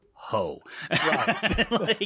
ho